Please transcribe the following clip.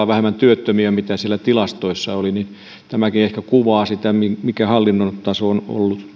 vähemmän kuin siellä tilastoissa oli niin että tämäkin ehkä kuvaa sitä mikä hallinnon taso on